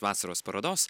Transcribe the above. vasaros parodos